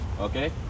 Okay